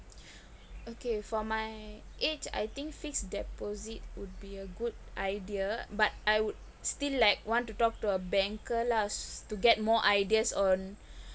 okay for my age I think fixed deposit would be a good idea but I would still like want to talk to a banker lah to get more ideas on